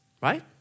Right